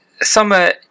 summer